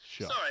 Sorry